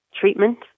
treatment